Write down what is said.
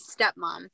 stepmom